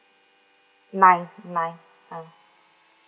nine nine ya